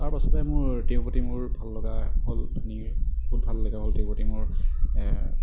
তাৰ পাছৰপৰাই মোৰ তেওঁৰ প্ৰতি মোৰ ভাললগা হ'ল ধুনীয়াকৈ বহুত ভাল লগা হ'ল তেওঁৰ প্ৰতি মোৰ